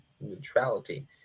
neutrality